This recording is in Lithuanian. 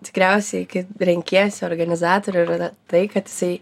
tikriausiai kai renkiesi organizatorių yra tai kad jisai